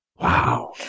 Wow